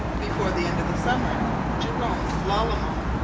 before the end of the summer jerome lalemant,